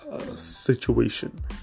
situation